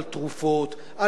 על מוצרי תרבות,